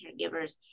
caregivers